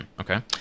okay